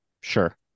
Sure